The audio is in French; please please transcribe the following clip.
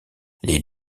les